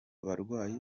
barwayi